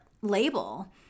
label